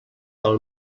del